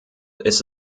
ist